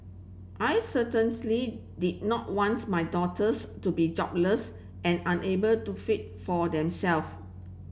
I did not wants my daughters to be jobless and unable to feed for themselves